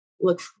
look